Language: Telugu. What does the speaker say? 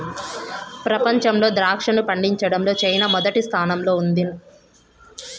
ప్రపంచంలో ద్రాక్షను పండించడంలో చైనా మొదటి స్థానంలో ఉన్నాది